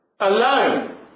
alone